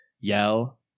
yell